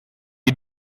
die